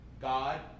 God